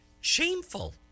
shameful